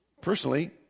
Personally